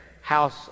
house